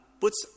puts